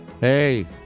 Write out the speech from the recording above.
Hey